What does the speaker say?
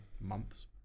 months